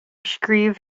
scríobh